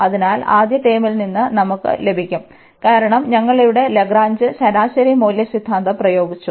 അതിനാൽ ആദ്യ ടേമിൽ നിന്ന് നമുക്ക് ലഭിക്കും കാരണം ഞങ്ങൾ ഇവിടെ ലഗ്രാഞ്ച് ശരാശരി മൂല്യ സിദ്ധാന്തം പ്രയോഗിച്ചു